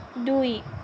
দুই